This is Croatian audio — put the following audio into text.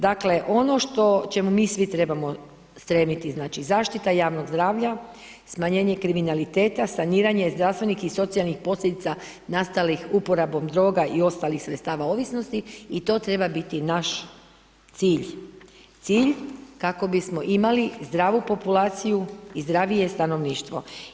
Dakle, ono što čemu mi svi trebamo stremiti, znači, zaštita javnog zdravlja, smanjenje kriminaliteta, saniranje zdravstvenih i socijalnih posljedica nastalih uporabom droga i ostalih sredstava ovisnosti i to treba biti naš cilj, cilj kako bismo imali zdravu populaciju i zdravije stanovništvo.